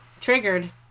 Triggered